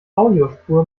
audiospur